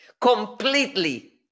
completely